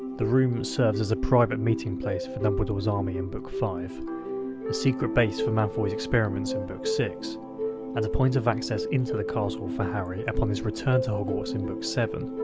the room serves as a private meeting place for dumbledore's army in book five a secret base for malfoy's experiments in book six and a point of access into the castle for harry upon his return to hogwarts in book seven.